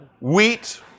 wheat